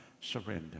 surrender